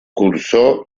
cursó